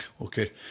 Okay